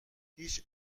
هیچ